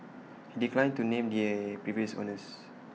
he declined to name the previous owners